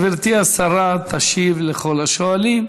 גברתי השרה תשיב לכל השואלים.